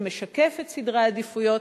שמשקף את סדרי העדיפויות,